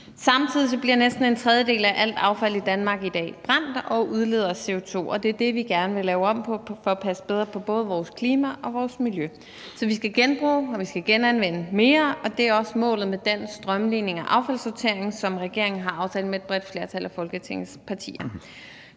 Samtidig bliver næsten en tredjedel af alt affald i Danmark i dag brændt og udleder CO2, og det er det, vi gerne vil lave om på for at passe bedre på både vores klima og vores miljø. Så vi skal genbruge, og vi skal genanvende mere, og det er også målet med den strømlining af affaldssorteringen, som regeringen har aftalt med et bredt flertal af Folketingets partier.